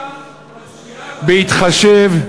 בהתחשב,